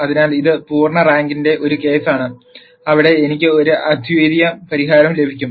അതിനാൽ ഇത് പൂർണ്ണ റാങ്കിന്റെ ഒരു കേസാണ് അവിടെ എനിക്ക് ഒരു അദ്വിതീയ പരിഹാരം ലഭിക്കും